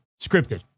scripted